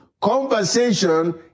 Conversation